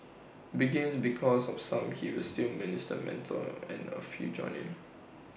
begins because of some he is still minister mentor and A few join in